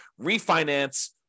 refinance